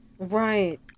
right